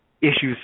issues